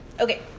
Okay